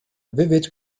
vivid